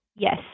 Yes